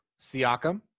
Siakam